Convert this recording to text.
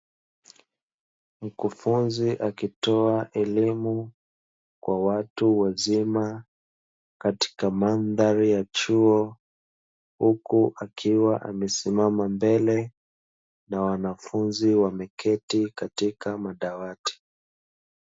Mkufunzi akitoa elimu kwa watu wazima katika mandhari ya chuo, huku akiwa amesimama mbele na wanafunzi wameketi katika madawati.